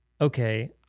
okay